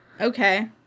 Okay